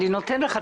אני נותן לך.